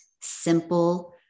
simple